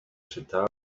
czytałem